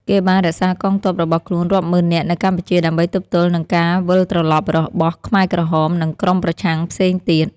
គេបានរក្សាកងទ័ពរបស់ខ្លួនរាប់ម៉ឺននាក់នៅកម្ពុជាដើម្បីទប់ទល់នឹងការវិលត្រឡប់របស់ខ្មែរក្រហម និងក្រុមប្រឆាំងផ្សេងទៀត ។